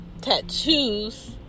tattoos